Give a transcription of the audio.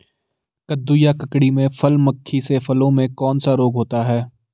कद्दू या ककड़ी में फल मक्खी से फलों में कौन सा रोग होता है?